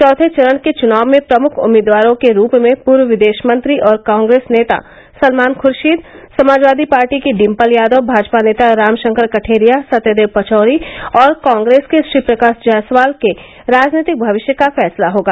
चौथे चरण के चुनाव में प्रमुख उम्मीदवारों के रूप में पूर्व विदेश मंत्री और कांग्रेस नेता सलमान खर्शीद समाजवादी पार्टी की डिम्पल यादव भाजपा नेता रामशंकर कठेरिया सत्यदेव पचौरी और कांप्रेस के श्रीप्रकाश जायसवाल के राजनैतिक भविष्य का फैसला होगा